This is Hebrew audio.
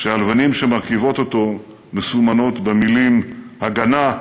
שהלבנים שמרכיבות אותו מסומנות במילים "הגנה,